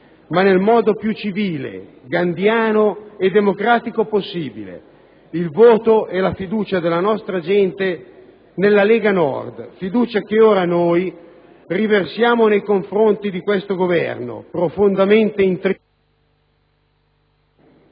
ma nel modo più civile, gandhiano e democratico possibile: il voto e la fiducia della nostra gente nella Lega Nord, fiducia che ora noi riversiamo nei confronti di questo Governo, profondamente intriso del